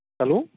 hello